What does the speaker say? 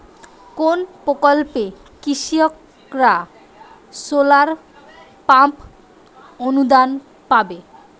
কোন প্রকল্পে কৃষকরা সোলার পাম্প অনুদান পাবে?